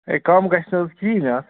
ہے کَم گژھِ نہٕ حظ کِہیٖںۍ اَتھ